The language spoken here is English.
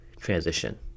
transition